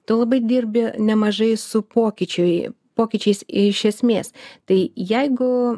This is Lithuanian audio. tu labai dirbi nemažai su pokyčiui pokyčiais iš esmės tai jeigu